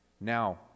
Now